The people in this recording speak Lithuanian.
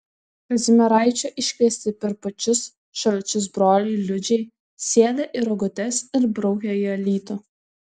kazimieraičio iškviesti per pačius šalčius broliai liudžiai sėda į rogutes ir braukia į alytų